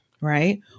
right